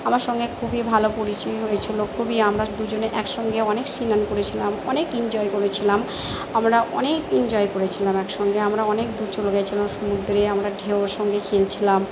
আমার সঙ্গে খুবই ভালো পরিচয় হয়েছিল খুবই আমরা দুজনে একসঙ্গে অনেক স্নান করেছিলাম অনেক এঞ্জয় করেছিলাম আমরা অনেক এঞ্জয় করেছিলাম একসঙ্গে আমরা অনেক দূর চলে গিয়েছিলাম সমুদ্রে আমরা ঢেউয়ের সঙ্গে খেলছিলাম